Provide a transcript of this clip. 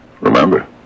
Remember